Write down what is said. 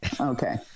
Okay